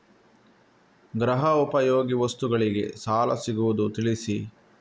ಗೃಹ ಉಪಯೋಗಿ ವಸ್ತುಗಳಿಗೆ ಸಾಲ ಸಿಗುವುದೇ ತಿಳಿಸಿ?